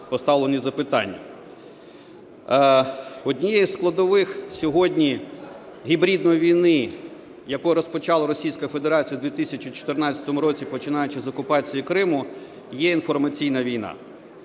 Однією із складових сьогодні гібридної війни, яку розпочала Російська Федерація в 2014 році, починаючи з окупації Криму, є інформаційна війна.